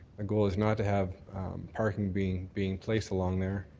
goal is not to have parking being being placed along there.